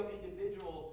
individual